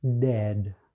dead